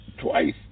twice